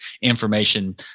information